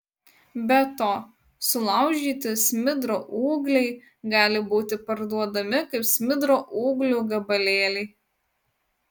be to sulaužyti smidro ūgliai gali būti parduodami kaip smidro ūglių gabalėliai